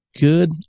Good